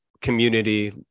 community